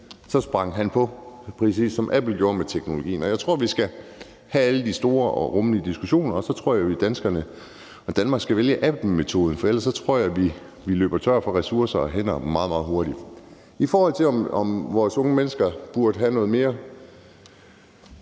så sprang han på, præcis som Apple gjorde med teknologien. Jeg tror, vi skal have alle de store og rummelige diskussioner, og så jeg tror jeg i øvrigt, at Danmark skal vælge Apple-metoden, for ellers tror jeg, vi løber tør for ressourcer og hænder meget, meget hurtigt. I forhold til om vores unge mennesker burde have noget mere